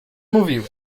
mówiły